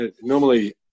normally